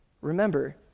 Remember